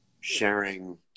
sharing